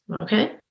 Okay